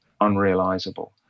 unrealizable